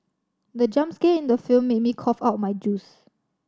the jump scare in the film made me cough out my juice